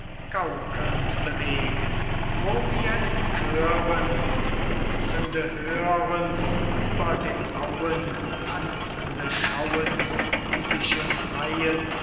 gauklend bewegen wo wir in chören jauchzende hören ueber den auen tanzende schauen die sich im freyen